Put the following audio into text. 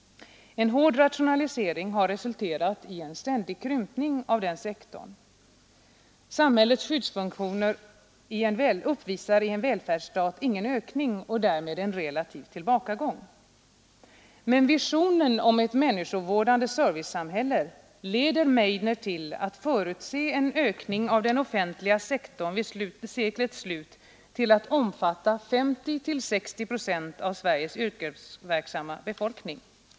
En hård rationalisering har resulterat i en ständig krympning av den sektorn. Samhällets skyddsfunktioner uppvisar i en välfärdsstat ingen ökning och därmed en relativ tillbakagång. Men visionen om ett människovårdande servicesamhälle leder Meidner till att förutse en ökning av den offentliga sektorn, så att den vid seklets slut skulle omfatta 50—60 procent av Sveriges yrkesverksamma befolkning.